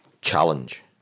challenge